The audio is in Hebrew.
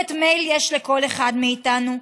כתובת מייל יש לכל אחד מאיתנו,